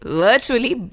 virtually